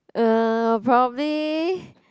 uh probably